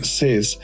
says